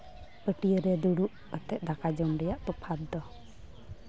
ᱯᱟᱹᱴᱭᱟᱹ ᱨᱮ ᱫᱩᱲᱩᱵ ᱠᱟᱛᱮᱫ ᱫᱟᱠᱟ ᱡᱚᱢ ᱨᱮᱭᱟᱜ ᱛᱚᱯᱷᱟᱛ ᱫᱚ